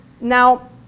Now